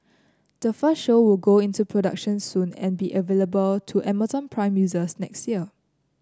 the first show will go into production soon and be available to Amazon Prime users next year